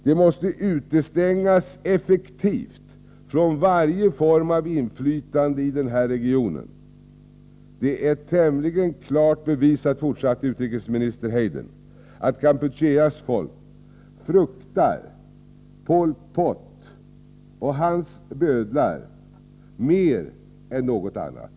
De måste utestängas effektivt från varje form av inflytande i den här regionen. Det är tämligen klart bevisat, fortsatte utrikesminister Hayden, att Kampucheas folk fruktar Pol Pot och hans bödlar mer än något annat.